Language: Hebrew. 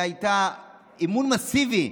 היה אמון מסיבי.